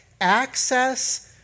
access